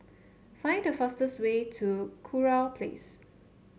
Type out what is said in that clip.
find the fastest way to Kurau Place